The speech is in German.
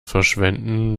verschwenden